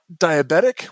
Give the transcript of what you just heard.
diabetic